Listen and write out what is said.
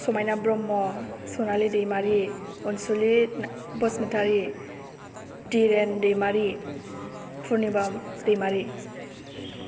समायना ब्रह्म सनालि दैमारि अनसुलि बसुमतारी दिरेन दैमारि पुर्निमा दैमारि